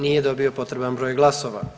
Nije dobio potreban broj glasova.